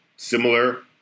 Similar